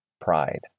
pride